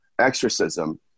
exorcism